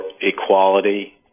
equality